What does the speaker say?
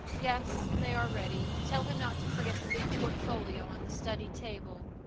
yes they are ready. tell him not to forget the big portfolio on the study table.